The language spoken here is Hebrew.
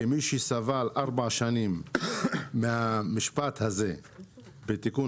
כמי שסבל ארבע שנים מהמשפט הזה בתיקון